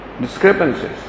discrepancies